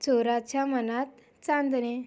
चोराच्या मनात चांदणे